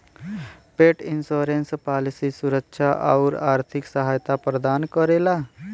पेट insurance policy सुरक्षा आउर आर्थिक सहायता प्रदान करेला